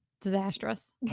Disastrous